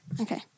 Okay